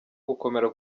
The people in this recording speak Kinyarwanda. gukomera